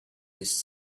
this